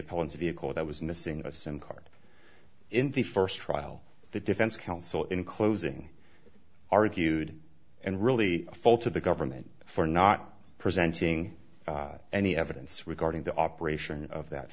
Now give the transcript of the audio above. appellants vehicle that was missing a sim card in the first trial the defense counsel in closing argued and really full to the government for not presenting any evidence regarding the operation of that